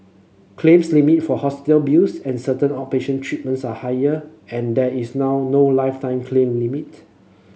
claims limit for hospital bills and certain outpatient treatments are higher and there is now no lifetime claim limit